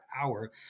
hour